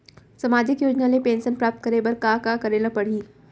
सामाजिक योजना ले पेंशन प्राप्त करे बर का का करे ल पड़ही?